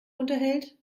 unterhält